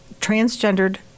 transgendered